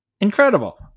Incredible